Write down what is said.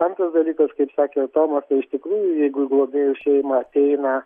antras dalykas kaip sakė tomas tai iš tikrųjų jeigu į globėjų šeimą ateina